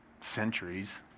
centuries